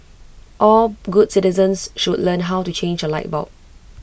all good citizens should learn how to change A light bulb